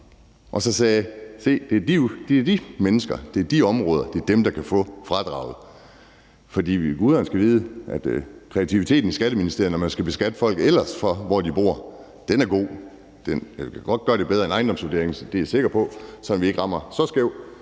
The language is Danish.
og sagde, at det er de mennesker i de områder, der kan få fradraget. For guderne skal vide, at kreativiteten i Skatteministeriet, når man skal beskatte folk, i forhold til hvor de bor, ellers er god. Man kan også gøre det bedre end med ejendomsvurderingerne, er jeg sikker på, så vi ikke rammer så skævt.